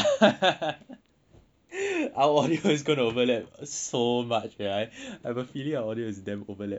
our audio is going to overlap so much sia I have a feeling ours is already damn overlapped right now